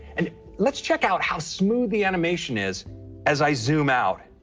and let's check out how smooth the animation is as i zoom out.